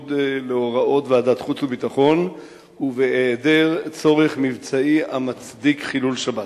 בניגוד להוראות ועדת חוץ וביטחון ובהיעדר צורך מבצעי המצדיק חילול שבת.